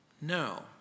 No